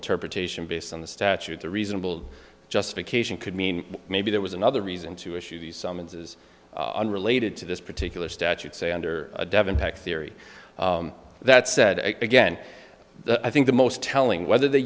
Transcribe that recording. interpretation based on the statutes a reasonable justification could mean maybe there was another reason to issue these summonses unrelated to this particular statute say under a devon pact theory that said again i think the most telling whether they